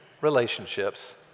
relationships